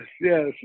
Yes